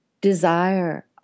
desire